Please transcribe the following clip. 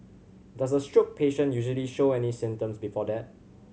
does a stroke patient usually show any symptoms before that